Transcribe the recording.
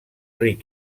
ric